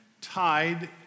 tied